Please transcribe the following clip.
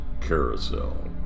carousel